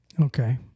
Okay